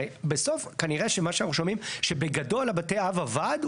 הרי בסוף כנראה שמה שאנחנו שומעים שבגדול בתי האב עבד,